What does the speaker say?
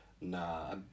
Nah